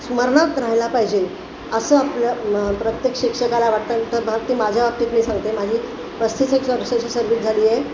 स्मरणात राहायला पाहिजे असं आपलं मग प्रत्येक शिक्षकाला वाटतं नंतर मग ते माझ्या बाबतीत मी सांगते माझी पस्तीस एक वर्षाची सर्व्हीस झाली आहे